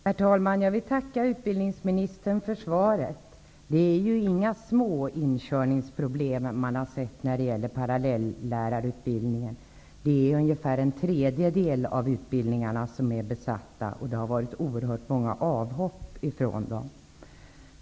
Herr talman! Jag vill tacka utbildningsministern för svaret. Det är inga små integrationsproblem man har sett när det gäller parallell-lärarutbildningen. Ungefär en tredjedel av utbildningsplatserna har varit besatta, och det har varit oerhört många avhopp från dem.